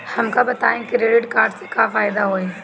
हमका बताई credit card से का फायदा होई?